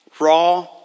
raw